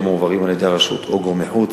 המועברים על-ידי הרשות או גורמי חוץ,